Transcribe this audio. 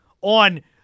on